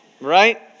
right